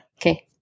Okay